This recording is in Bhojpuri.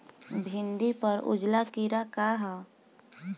भिंडी पर उजला कीड़ा का है?